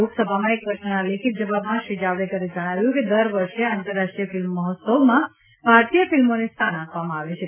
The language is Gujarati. લોકસભામાં એક પ્રશ્નના લેખિત જવાબમાં શ્રી જાવડેકરે જણાવ્યું કે દર વર્ષે આંતરરાષ્ટ્રીય ફિલ્મ મહોત્સવમાં ભારતીય ફિલ્મોને સ્થાન આપવામાં આવે છે